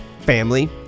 family